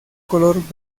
color